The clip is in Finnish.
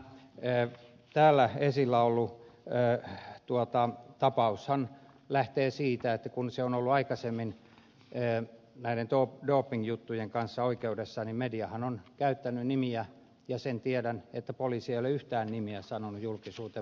tämä täällä esillä ollut tapaushan lähtee siitä että kun se on ollut aikaisemmin näiden dopingjuttujen kanssa oikeudessa niin mediahan on käyttänyt nimiä ja sen tiedän että poliisi ei ole yhtään nimeä sanonut julkisuuteen